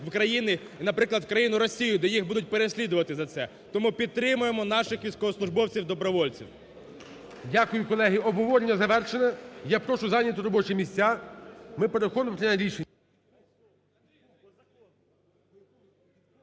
в країни і, наприклад, в країну Росію, де їх будуть переслідувати за це. Тому підтримаємо наших військовослужбовців-добровольців. ГОЛОВУЮЧИЙ. Дякую, колеги. Обговорення завершене, я прошу зайняти робочі місця, ми переходимо до прийняття…